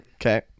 Okay